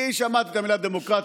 אני שמעתי את המילה דמוקרטיה,